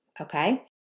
Okay